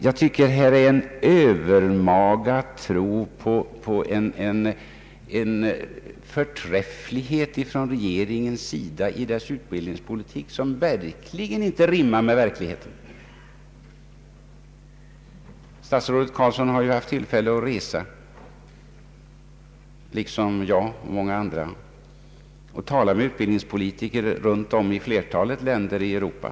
Jag tycker regeringen visar upp en övermaga tro på sin utbildningspolitiks förträfflighet, som sannerligen inte rimmar med verkligheten. Statsrådet Carlsson har haft tillfälle att resa, liksom jag och många andra, och tala med utbildningspolitiker i flertalet länder i Europa.